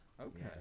Okay